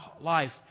life